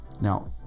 Now